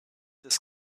this